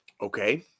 okay